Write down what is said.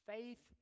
Faith